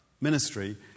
ministry